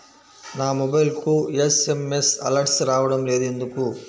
నా మొబైల్కు SMS alerts రావడం లేదు ఎందుకు?